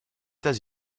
états